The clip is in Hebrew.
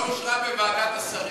לא אושרה בוועדת השרים.